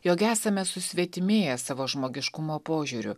jog esame susvetimėję savo žmogiškumo požiūriu